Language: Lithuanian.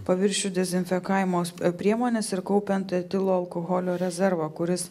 paviršių dezinfekavimo priemones ir kaupiant etilo alkoholio rezervą kuris